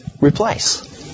replace